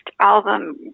album